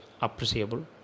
appreciable